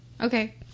Okay